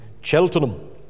Cheltenham